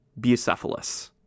Bucephalus